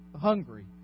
hungry